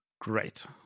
Great